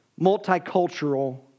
multicultural